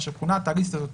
מה שמכונה תאגיד סטטוטורי.